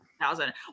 thousand